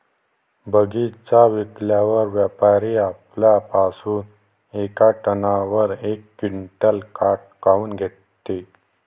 बगीचा विकल्यावर व्यापारी आपल्या पासुन येका टनावर यक क्विंटल काट काऊन घेते?